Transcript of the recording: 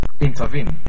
Intervene